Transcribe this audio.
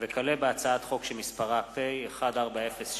הצעת חוק שיפוט בתי-דין רבניים (נישואין וגירושין) (תיקון,